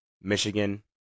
Michigan